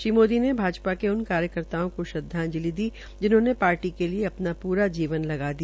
श्री मोदी ने भाजपा के उन कार्यकर्ताओं को श्रदवाजंलि दी जिन्होंने पार्टी के लिये अपना प्रा जीवन लगा दिया